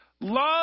Love